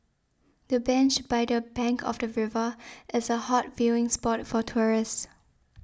the bench by the bank of the river is a hot viewing spot for tourists